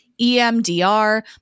EMDR